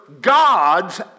God's